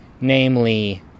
Namely